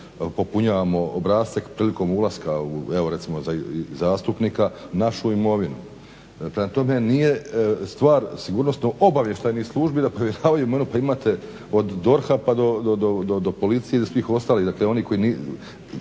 popunjavamo obrasce prilikom ulaska evo recimo za zastupnika našu imovinu. Prema tome, nije stvar sigurnosno-obavještajnih službi da provjeravaju imovinu. Pa imate od DORH-a pa do policije i svih ostalih, dakle oni koji,